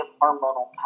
hormonal